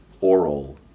oral